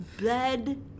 bed